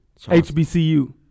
HBCU